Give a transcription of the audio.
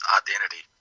identity